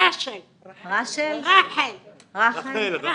רשל, רחל.